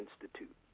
institute